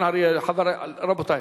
רבותי,